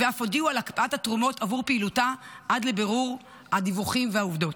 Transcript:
ואף הודיעו על הקפאת התרומות עבור פעילותה עד לבירור הדיווחים והעובדות.